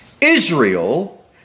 Israel